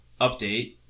update